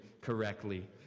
correctly